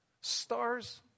Stars